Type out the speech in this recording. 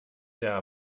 der